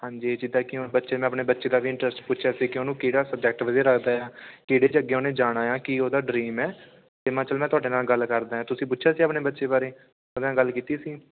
ਹਾਂਜੀ ਜਿੱਦਾਂ ਕਿ ਹੁਣ ਬੱਚੇ ਦਾ ਆਪਣੇ ਬੱਚੇ ਦਾ ਵੀ ਇੰਟਰਸਟ ਪੁੱਛਿਆ ਸੀ ਕਿ ਉਹਨੂੰ ਕਿਹੜਾ ਸਬਜੈਕਟ ਵਧੀਆ ਲੱਗਦਾ ਆ ਕਿਹੜੇ 'ਚ ਅੱਗੇ ਉਹਨੇ ਜਾਣਾ ਆ ਕੀ ਉਹਦਾ ਡਰੀਮ ਹੈ ਅਤੇ ਮੈਂ ਚਲ ਮੈਂ ਤੁਹਾਡੇ ਨਾਲ ਗੱਲ ਕਰਦਾ ਤੁਸੀਂ ਪੁੱਛਿਆ ਸੀ ਆਪਣੇ ਬੱਚੇ ਬਾਰੇ ਉਹਦੇ ਨਾਲ ਗੱਲ ਕੀਤੀ ਸੀ